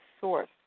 source